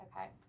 Okay